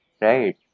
right